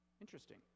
Interesting